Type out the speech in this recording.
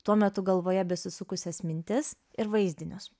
tuo metu galvoje besisukusias mintis ir vaizdinius